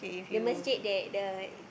the masjid that the